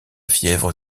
fièvre